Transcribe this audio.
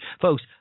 Folks